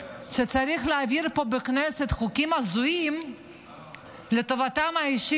כשצריך להעביר פה בכנסת חוקים הזויים לטובתם האישית